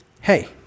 Hey